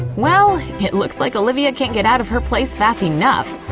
well, it looks like olivia can't get out of her place fast enough!